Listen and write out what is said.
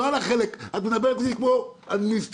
את מדברת איתי כמו אדמיניסטרטור.